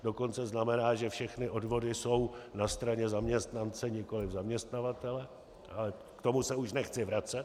Do konce znamená, že všechny odvody jsou na straně zaměstnance, nikoli zaměstnavatele, ale k tomu se už nechci vracet.